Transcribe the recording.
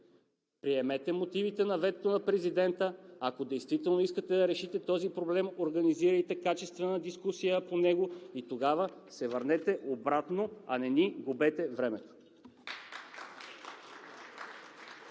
приемете мотивите на ветото на президента. Ако действително искате да решите този проблем, организирайте качествена дискусия по него и тогава се върнете обратно, а не ни губете времето.